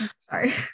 Sorry